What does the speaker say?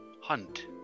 hunt